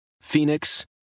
Phoenix